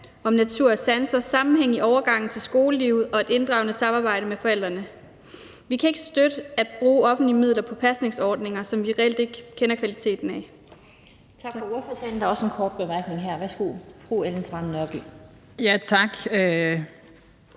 om natur og sanser, sammenhængen i overgangen til skolelivet og et inddragende samarbejde med forældrene. Vi kan ikke støtte et forslag om at bruge offentlige midler på pasningsordninger, som vi reelt ikke kender kvaliteten af.